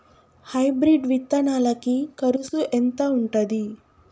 Hybrid విత్తనాలకి కరుసు ఎంత ఉంటది?